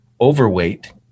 overweight